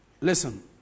Listen